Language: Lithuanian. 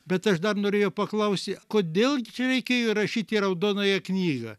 bet aš dar norėjau paklausti kodėl čia reikėjo įrašyt į raudonąją knygą